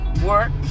work